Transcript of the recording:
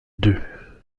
deux